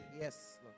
Yes